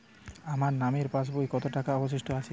আমার নামের পাসবইতে কত টাকা অবশিষ্ট আছে?